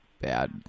bad